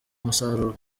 umusaruro